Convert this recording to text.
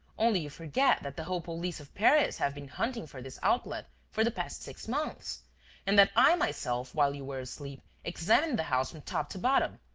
only you forget that the whole police of paris have been hunting for this outlet for the past six months and that i myself, while you were asleep, examined the house from top to bottom.